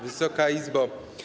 Wysoka Izbo!